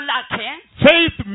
Faith